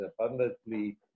abundantly